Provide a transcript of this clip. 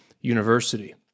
university